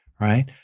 right